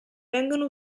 vengono